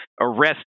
arrest